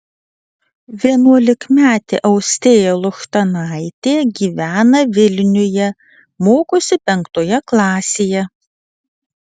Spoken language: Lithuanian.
vienuolikmetė austėja luchtanaitė gyvena vilniuje mokosi penktoje klasėje